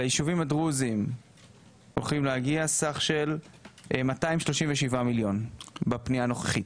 ליישובים הדרוזים הולכים להגיע סך של 237 מיליון בפנייה הנוכחית.